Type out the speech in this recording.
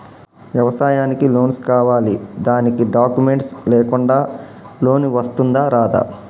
వ్యవసాయానికి లోన్స్ కావాలి దానికి డాక్యుమెంట్స్ లేకుండా లోన్ వస్తుందా రాదా?